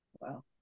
wow